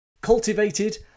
Cultivated